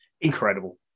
Incredible